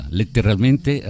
letteralmente